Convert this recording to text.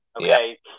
Okay